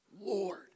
Lord